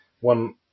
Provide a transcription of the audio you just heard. one